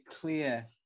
clear